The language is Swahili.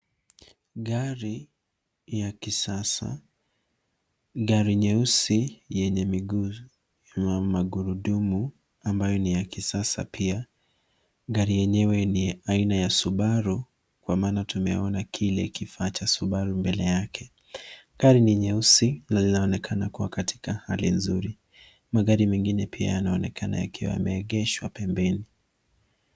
Gari ya kisasa. Gari nyeusi yenye magurudumu ambayo ni ya kisasa pia. Gari yenyewe ni aina ya subaru kwa maana tunaona kile kifaa cha Subaru mbele yake. Gari ni nyeusi na linaonekana kuwa katika hali nzuri. Magari mengine pia yanaonekana yakiwa yameegeshwa pembeni.